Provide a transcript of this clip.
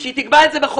אבל שתקבע את זה בחוק,